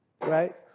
right